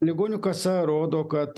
ligonių kasa rodo kad